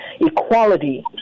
equality